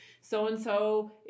So-and-so